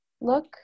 look